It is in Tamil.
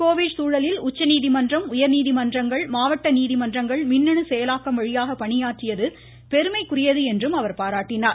கோவிட் சூழலில் உச்சநீதிமன்றம் உயர்நீதிமன்றங்கள் மாவட்ட நீதிமன்றங்கள் மின்னணு செயலாக்கம் வழியாக பணியாற்றியது பெருமைக்குரியது என்றும் அவர் பாராட்டினார்